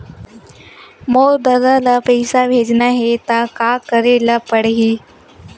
मोर ददा ल पईसा भेजना हे त का करे ल पड़हि?